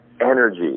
energy